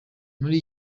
muri